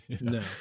No